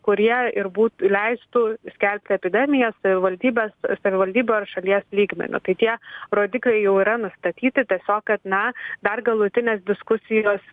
kurie ir būt leistų skelbti epidemiją savivaldybės savivaldybių ar šalies lygmeniu tai tie rodikliai jau yra nustatyti tiesiog kad na dar galutinės diskusijos